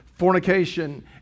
fornication